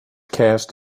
cast